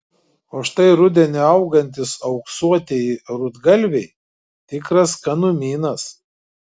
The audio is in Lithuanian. o štai rudenį augantys auksuotieji rudgalviai tikras skanumynas